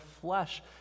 flesh